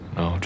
no